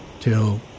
till